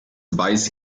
weiß